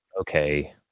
Okay